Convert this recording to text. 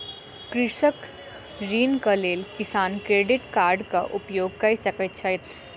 कृषक ऋणक लेल किसान क्रेडिट कार्डक उपयोग कय सकैत छैथ